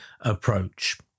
approach